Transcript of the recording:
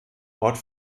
ort